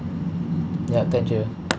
yup thank you